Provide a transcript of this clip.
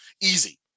Easy